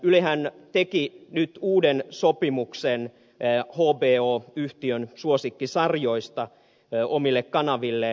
ylehän teki nyt uuden sopimuksen hbo yhtiön suosikkisarjoista omille kanavilleen